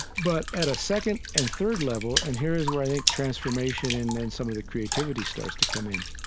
but at a second and third level, and here is where i think transformation and and some of the creativity starts to come in,